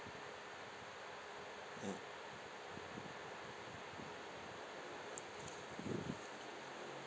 mm